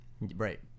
Right